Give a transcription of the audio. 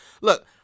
Look